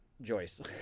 Joyce